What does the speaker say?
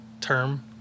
term